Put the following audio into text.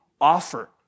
offer